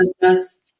business